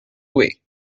away